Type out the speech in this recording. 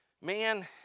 man